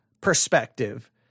perspective